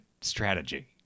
strategy